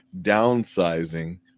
downsizing